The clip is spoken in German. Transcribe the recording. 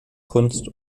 kunst